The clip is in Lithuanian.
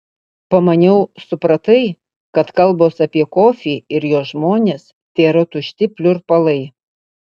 pamaniau supratai kad kalbos apie kofį ir jo žmones tėra tušti pliurpalai